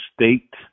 State